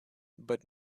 but